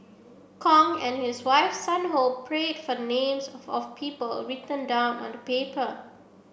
Kong and his wife Sun Ho prayed for names of of people written down on the paper